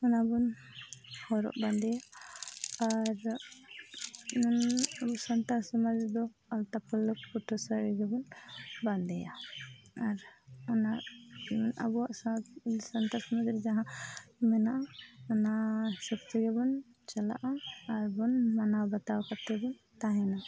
ᱚᱱᱟ ᱵᱚᱱ ᱦᱚᱨᱚᱜ ᱵᱟᱸᱫᱮᱭᱟ ᱟᱨ ᱟᱵᱚ ᱥᱟᱱᱛᱟᱲ ᱥᱚᱢᱟᱡᱽ ᱨᱮᱫᱚ ᱟᱞᱛᱟ ᱞᱟᱹᱲᱞᱟᱹᱠ ᱯᱷᱩᱴᱟᱹ ᱥᱟᱹᱲᱤ ᱜᱮᱵᱚᱱ ᱵᱟᱸᱫᱮᱭᱟ ᱚᱱᱟ ᱟᱨ ᱟᱵᱚᱣᱟᱜ ᱥᱟᱱᱛᱟᱲ ᱥᱚᱢᱟᱡᱽ ᱨᱮ ᱡᱟᱦᱟᱸ ᱢᱮᱱᱟᱜᱼᱟ ᱚᱱᱟ ᱦᱤᱥᱟᱹᱵ ᱛᱮᱜᱮ ᱵᱚᱱ ᱪᱟᱞᱟᱜᱼᱟ ᱟᱨ ᱵᱚᱱ ᱢᱟᱱᱟᱣ ᱵᱟᱛᱟᱣ ᱠᱟᱛᱮᱫ ᱵᱚᱱ ᱛᱟᱦᱮᱱᱟ